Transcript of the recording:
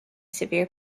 severe